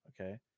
Okay